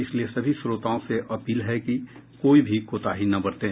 इसलिए सभी श्रोताओं से अपील है कि कोई भी कोताही न बरतें